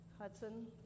Hudson